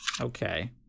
okay